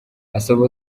asaba